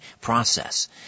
process